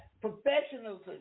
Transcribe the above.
professionals